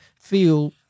feel